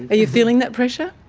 are you feeling that pressure?